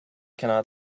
cannot